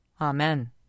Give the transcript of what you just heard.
Amen